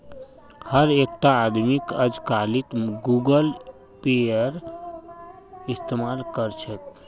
हर एकटा आदमीक अजकालित गूगल पेएर इस्तमाल कर छेक